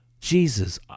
Jesus